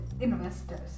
investors